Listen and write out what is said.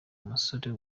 musore